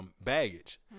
baggage